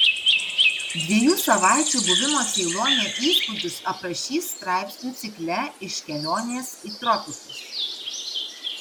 dviejų savaičių buvimo ceilone įspūdžius aprašys straipsnių cikle iš kelionės į tropikus